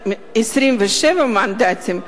עם 27 מנדטים,